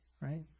right